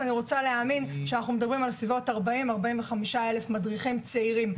אז אני רוצה להאמין שאנחנו מדברים על כ-45,000 מדריכים צעירים.